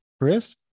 Chris